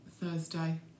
Thursday